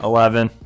Eleven